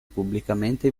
pubblicamente